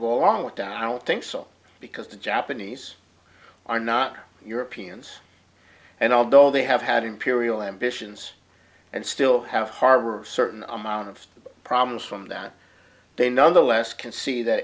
go along with down i don't think so because the japanese are not europeans and although they have had imperial ambitions and still have harbor a certain amount of problems from that they nonetheless can see that